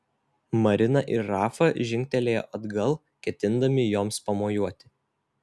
marina ir rafa žingtelėjo atgal ketindami joms pamojuoti